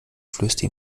flößte